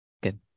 Good